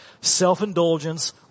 Self-indulgence